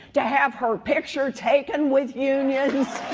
to have her picture taken with unions,